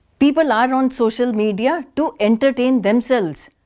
people are on social media to entertain themselves.